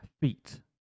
feet